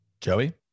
joey